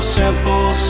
simple